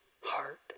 heart